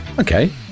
Okay